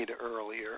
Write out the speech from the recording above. earlier